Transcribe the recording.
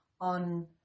on